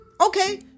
Okay